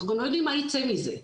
אנחנו לא יודעים מה ייצא מזה.